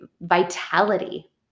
vitality